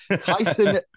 Tyson